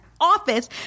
office